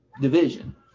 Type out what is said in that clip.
division